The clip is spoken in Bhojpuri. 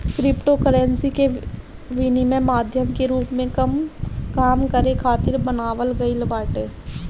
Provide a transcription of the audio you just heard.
क्रिप्टोकरेंसी के विनिमय माध्यम के रूप में काम करे खातिर बनावल गईल बाटे